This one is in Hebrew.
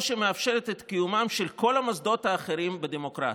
שמאפשרת את קיומם של כל המוסדות האחרים בדמוקרטיה"